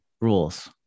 rules